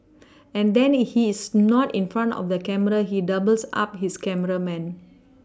and then he's not in front of the camera he doubles up his cameraman